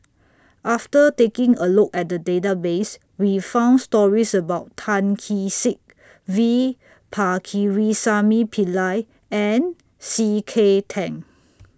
after taking A Look At The Database We found stories about Tan Kee Sek V Pakirisamy Pillai and C K Tang